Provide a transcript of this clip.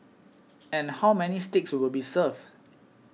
and how many steaks will be served